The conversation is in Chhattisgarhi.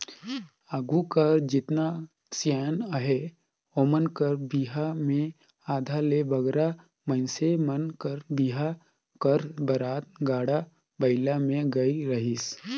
आघु कर जेतना सियान अहे ओमन कर बिहा मे आधा ले बगरा मइनसे मन कर बिहा कर बरात गाड़ा बइला मे गए रहिस